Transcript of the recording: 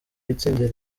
watsindiye